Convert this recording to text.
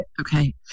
Okay